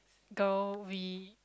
girl we